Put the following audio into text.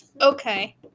Okay